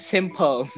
Simple